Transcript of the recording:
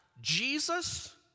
Jesus